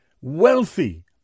wealthy